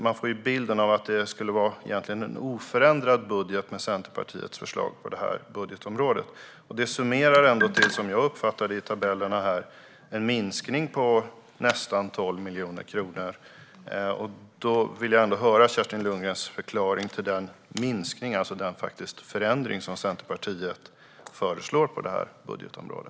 Man får ju bilden av att det skulle vara en oförändrad budget med Centerpartiets förslag på det här budgetområdet, men det summerar ändå, som jag uppfattar det i tabellerna, till en minskning på nästan 12 miljoner kronor. Jag vill gärna höra Kerstin Lundgrens förklaring till den minskningen, den faktiska förändringen, som Centerpartiet föreslår på detta budgetområde.